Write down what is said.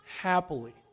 happily